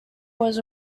was